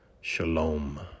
Shalom